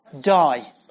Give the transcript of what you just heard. die